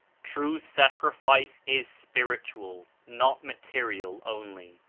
true sacrifice is spiritual, not ma terial only.